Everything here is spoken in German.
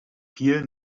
vielen